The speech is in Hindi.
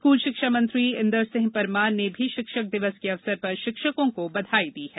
स्कूल शिक्षा मंत्री इंदर सिंह परमार ने भी शिक्षक दिवस के अवसर पर शिक्षकों को बधाई दी है